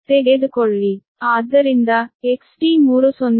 ಆದ್ದರಿಂದ XT3 0